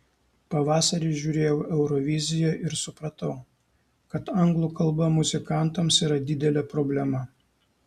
pavasarį žiūrėjau euroviziją ir supratau kad anglų kalba muzikantams yra didelė problema